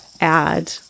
add